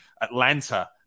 Atlanta